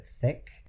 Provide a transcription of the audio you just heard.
thick